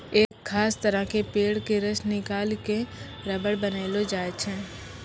एक खास तरह के पेड़ के रस निकालिकॅ रबर बनैलो जाय छै